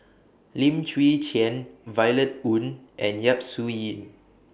Lim Chwee Chian Violet Oon and Yap Su Yin